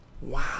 Wow